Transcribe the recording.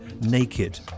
naked